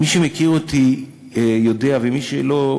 מי שמכיר אותי יודע, ומי שלא,